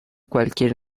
cualquier